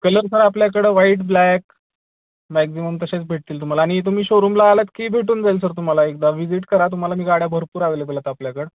colour sir आपल्याकडं white black maximum तसेच भेटतील तुम्हाला आणि तुम्ही शोरूमला आलात की भेटून जाईल सर तुम्हाला एकदा विजिट करा तुम्हाला मी गाड्या भरपूर आवेलेबल आहेत आपल्याकडे